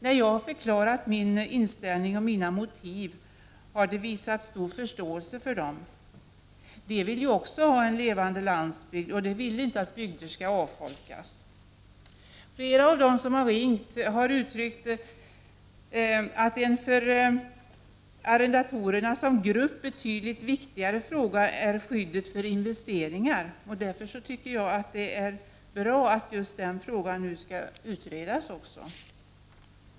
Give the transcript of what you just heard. När jag har förklarat min inställning och mina motiv har det visats stor förståelse för dem. Dessa människor vill också ha en levande landsbygd och de vill inte att bygder skall avfolkas. Flera av dem som ringt har uttryckt att en för arrendatorernas som grupp betydligt viktigare fråga är skyddet för investeringar. Därför tycker jag det är bra att den frågan nu också skall utredas.